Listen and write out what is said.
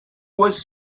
was